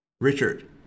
Richard